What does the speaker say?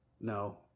no